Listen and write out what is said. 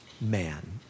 man